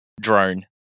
drone